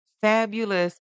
fabulous